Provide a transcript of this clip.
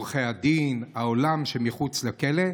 עורכי הדין, העולם שמחוץ לכלא.